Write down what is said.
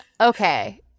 okay